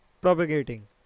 propagating